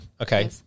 Okay